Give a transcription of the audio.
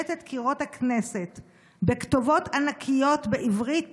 שקישט את קירות הכנסת בכתובות ענקיות בעברית